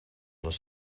les